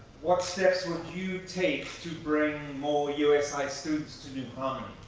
what steps would you take to bring more u s. high students to new harmony?